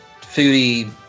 foodie